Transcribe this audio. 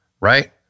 right